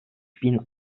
bin